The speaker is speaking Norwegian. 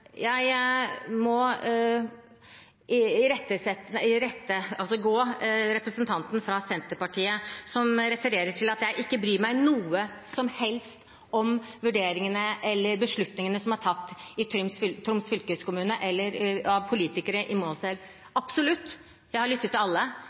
Jeg må gå i rette med representanten fra Senterpartiet, som refererer til at jeg ikke bryr meg noe som helst om vurderingene eller beslutningene som er tatt i Troms fylkeskommune, eller av politikerne i Målselv.